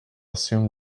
assume